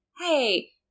hey